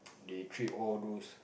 they treat all those